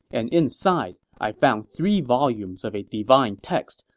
and inside, i found three volumes of a divine text,